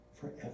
forever